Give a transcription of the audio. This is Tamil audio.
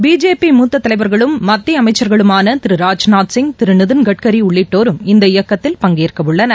பிஜேபி மூத்த தலைவர்களும் மத்திய அமைச்சர்களுமான திரு ராஜ்நாத் சிங் திரு நிதின் கட்கரி உள்ளிட்டோரும் இந்த இயக்கத்தில் பங்கேற்கவுள்ளனர்